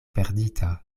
perdita